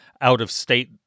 out-of-state